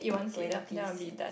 twenty seeds